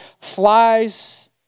flies